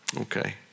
Okay